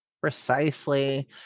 Precisely